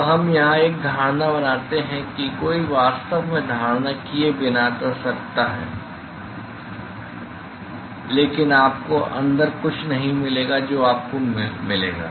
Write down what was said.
अब हम यहां एक धारणा बनाते हैं कि कोई वास्तव में धारणा किए बिना कर सकता है लेकिन आपको अंदर कुछ नहीं मिलेगा जो आपको मिलेगा